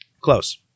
Close